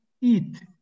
eat